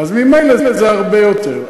אז ממילא זה הרבה יותר.